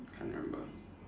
can't remember